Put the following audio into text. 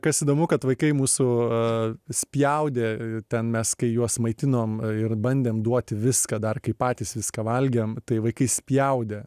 kas įdomu kad vaikai mūsų spjaudė ten mes kai juos maitinom ir bandėm duoti viską dar kai patys viską valgėme tai vaikai spjaudė